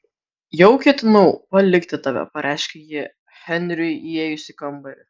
jau ketinau palikti tave pareiškė ji henriui įėjus į kambarį